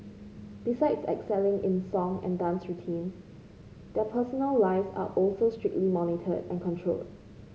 besides excelling in song and dance routines their personal lives are also strictly monitored and controlled